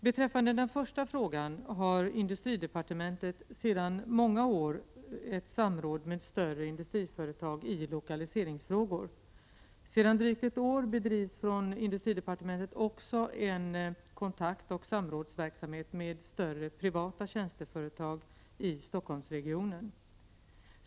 Beträffande den första frågan har industridepartementet sedan många år ett samråd med större industriföretag i lokaliseringsfrågor. Sedan drygt ett år bedrivs från industridepartementet också en kontaktoch samrådsverksamhet med större privata tjänsteföretag i Stockholmsregionen.